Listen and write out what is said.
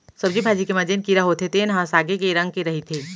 सब्जी भाजी के म जेन कीरा होथे तेन ह सागे के रंग के रहिथे